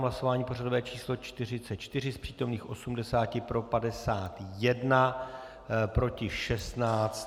V hlasování pořadové číslo 44 z přítomných 80 pro 51, proti 16.